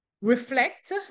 reflect